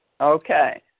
Okay